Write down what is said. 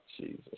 Jesus